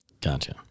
Gotcha